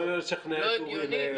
בואי לא נשכנע את אורי לעמדתו.